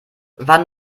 wann